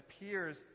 appears